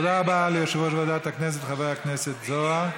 תודה רבה ליושב-ראש ועדת הכנסת חבר הכנסת זוהר.